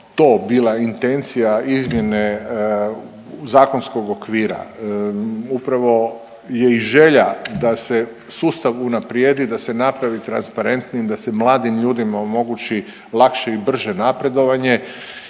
to bila intencija izmjene zakonskog okvira. Upravo je i želja da se sustav unaprijedi, da se napravi transparentnim, da se mladim ljudima omogući lakše i brže napredovanje